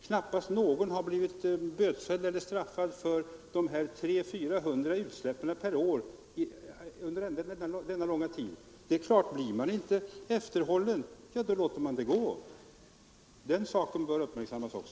Knappast någon har blivit bötfälld eller straffad på annat sätt för de 300 å 400 utsläppen per år under denna långa tid. Det är klart: blir man inte efterhållen, då låter man det gå. Den saken bör också uppmärksammas.